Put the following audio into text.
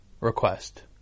request